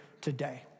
today